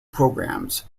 programs